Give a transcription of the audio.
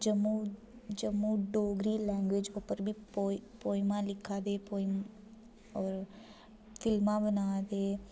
Jammu Jammu Dogri language उप्पर बी पोई पौइमां लिखा दे पौइम होर फिल्मां बना दे